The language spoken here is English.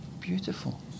beautiful